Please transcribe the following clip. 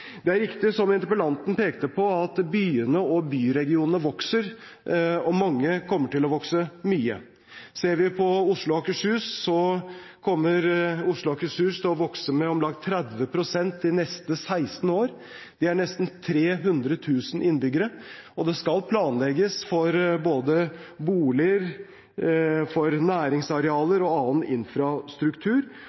Det er riktig, som interpellanten pekte på, at byene og byregionene vokser, og mange kommer til å vokse mye. Ser vi på Oslo og Akershus, kommer Oslo og Akershus til å vokse med om lag 30 pst. de neste 16 år. Det er nesten 300 000 innbyggere, og det skal planlegges for både boliger, næringsarealer og annen infrastruktur,